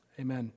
Amen